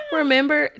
remember